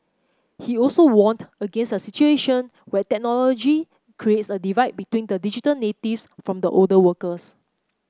he also warned against a situation where technology creates a divide between the digital natives from the older workers